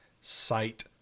site